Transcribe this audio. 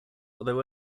although